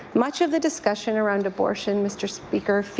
much of the discussion around abortion, mr. speaker,